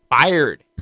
fired